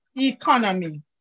economy